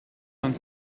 vingt